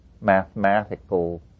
mathematical